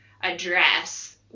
address